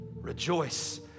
Rejoice